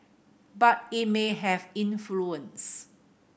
but it may have influence